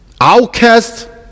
outcast